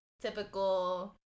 typical